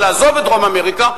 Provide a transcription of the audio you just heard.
לעזוב את דרום אמריקה.